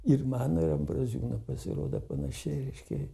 ir mano ir ambraziūno pasirodo panašiai reiškia